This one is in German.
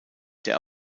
der